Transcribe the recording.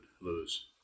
lose